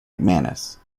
mcmanus